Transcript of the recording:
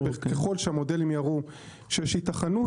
וככל שמודלים יראו שיש היתכנות,